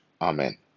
Amen